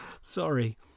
Sorry